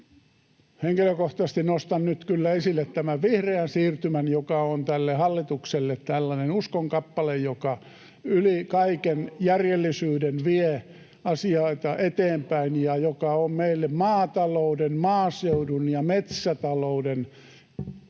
Henkilökohtaisesti nostan nyt kyllä esille tämän vihreän siirtymän, joka on tälle hallitukselle tällainen uskonkappale, [Tuomas Kettunen: Biotallous!] joka yli kaiken järjellisyyden vie asioita eteenpäin ja joka on meille suorastaan maatalouden, maaseudun ja metsätalouden uhka